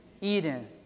Eden